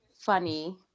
funny